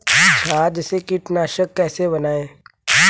छाछ से कीटनाशक कैसे बनाएँ?